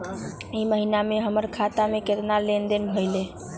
ई महीना में हमर खाता से केतना लेनदेन भेलइ?